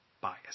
bias